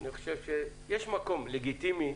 יש מקום לגיטימי